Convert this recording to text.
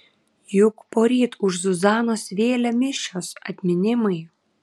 juk poryt už zuzanos vėlę mišios atminimai